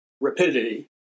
rapidity